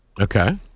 Okay